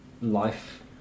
life